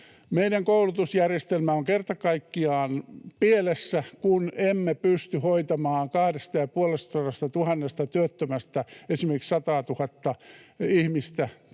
Meidän koulutusjärjestelmä on kerta kaikkiaan pielessä, kun emme pysty hoitamaan 250 000 työttömästä esimerkiksi 100 000:ta ihmistä